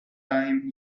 time